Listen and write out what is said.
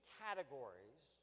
categories